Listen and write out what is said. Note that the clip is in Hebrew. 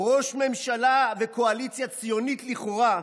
ראש ממשלה וקואליציה ציונית, לכאורה,